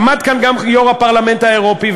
עמד כאן גם יושב-ראש הפרלמנט האירופי,